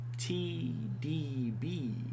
T-D-B